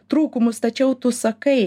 trūkumus tačiau tu sakai